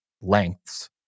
lengths